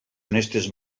honestes